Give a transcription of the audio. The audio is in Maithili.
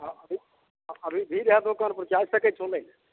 आ अभी भीड़ हइ दोकान पर कि आबि सकै छौ लै लए